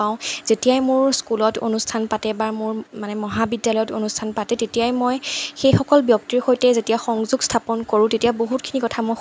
পাওঁ যেতিয়াই মোৰ স্কুলত অনুষ্ঠান পাতে বা মোৰ মানে মহাবিদ্যালয়ত অনুষ্ঠান পাতে তেতিয়াই মই সেইসকল ব্যক্তিৰ সৈতে যেতিয়া সংযোগ স্থাপন কৰোঁ তেতিয়া বহুতখিনি কথা মই